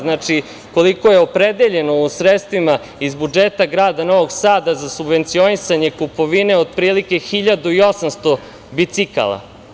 Znači, koliko je opredeljeno u sredstvima iz budžeta grada Novog Sada za subvencionisanje kupovine otprilike 1800 bicikala.